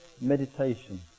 meditation